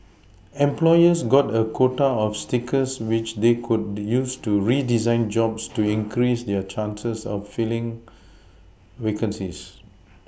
employers got a quota of stickers which they could use to redesign jobs to increase their chances of filling vacancies